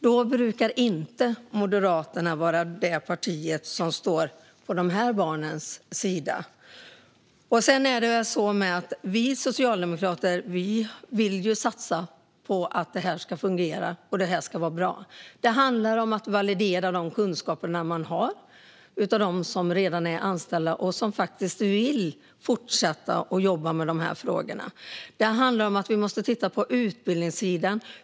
Moderaterna brukar inte vara det parti som står på dessa barns sida. Vi socialdemokrater vill satsa på att detta ska fungera och bli bra. Det handlar om att validera kunskaperna hos dem som är redan är anställda och faktiskt vill fortsätta att jobba med dessa frågor. Det handlar om att titta på utbildningen.